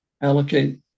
allocate